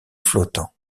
flottant